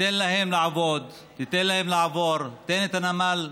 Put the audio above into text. תיתן להם לעבוד, תיתן להם לעבור,